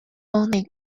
only